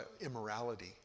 immorality